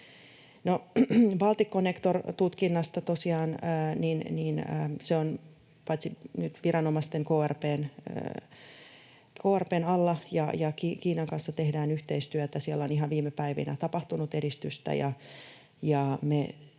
Balticconnector-tutkinnasta tosiaan, että se on nyt paitsi viranomaisten, krp:n, alla niin myös Kiinan kanssa tehdään yhteistyötä. Siellä on ihan viime päivinä tapahtunut edistystä,